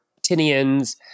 Tinian's